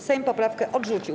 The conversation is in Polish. Sejm poprawkę odrzucił.